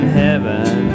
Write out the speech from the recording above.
heaven